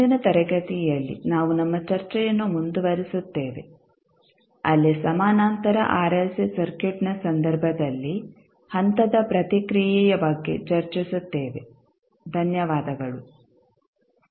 ಮುಂದಿನ ತರಗತಿಯಲ್ಲಿ ನಾವು ನಮ್ಮ ಚರ್ಚೆಯನ್ನು ಮುಂದುವರಿಸುತ್ತೇವೆ ಅಲ್ಲಿ ಸಮಾನಾಂತರ ಆರ್ಎಲ್ಸಿ ಸರ್ಕ್ಯೂಟ್ನ ಸಂದರ್ಭದಲ್ಲಿ ಹಂತದ ಪ್ರತಿಕ್ರಿಯೆಯ ಬಗ್ಗೆ ಚರ್ಚಿಸುತ್ತೇವೆ ಧನ್ಯವಾದಗಳು